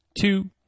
two